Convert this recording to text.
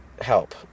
help